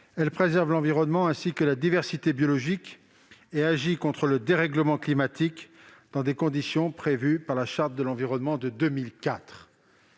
préserve l'environnement ainsi que la diversité biologique et agit contre le dérèglement climatique dans des conditions prévues par la Charte de l'environnement de 2004.